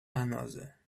another